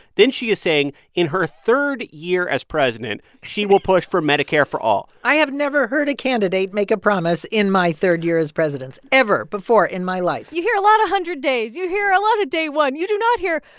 then she is saying in her third year as president, she will push for medicare for all i have never heard a candidate make a promise in my third year as president ever before in my life you hear a lot of hundred days. you hear a lot of day one. you do not hear,